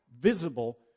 visible